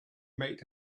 might